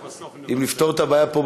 אם נפתור את הבעיה פה,